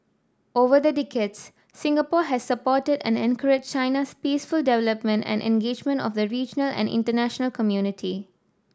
over the decades Singapore has supported and encouraged China's peaceful development and engagement of the regional and international community